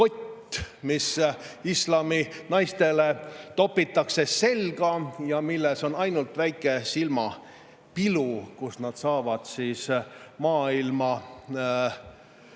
mis islami naistele topitakse selga ja milles on ainult väike silmapilu, kust nad saavad maailma